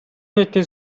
нийтийн